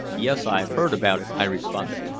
yes. i've heard about it, i responded.